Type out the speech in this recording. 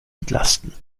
entlasten